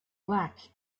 black